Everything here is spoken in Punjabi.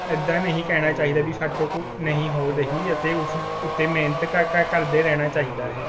ਏਦਾਂ ਨਹੀਂ ਕਹਿਣਾ ਚਾਹੀਦਾ ਵੀ ਸਾਡੇ ਤੋ ਕੁ ਨਹੀਂ ਹੋ ਰਹੀ ਅਤੇ ਉਸ ਉੱਤੇ ਮਿਹਨਤ ਕਰ ਕਰ ਕਰਦੇ ਰਹਿਣਾ ਚਾਹੀਦਾ ਹੈ